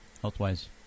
Health-wise